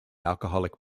alcoholic